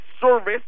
service